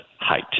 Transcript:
height